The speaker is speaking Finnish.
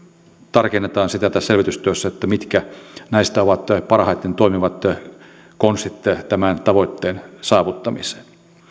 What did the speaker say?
tarkennetaan tässä selvitystyössä sitä mitkä näistä ovat parhaiten toimivat konstit tämän tavoitteen saavuttamiseen